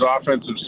offensive